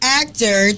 actor